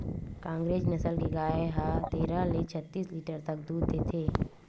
कांकरेज नसल के गाय ह तेरह ले छत्तीस लीटर तक दूद देथे